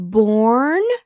born